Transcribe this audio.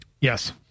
Yes